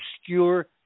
obscure